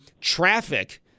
traffic